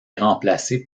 remplacée